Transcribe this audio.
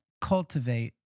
cultivate